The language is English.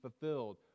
fulfilled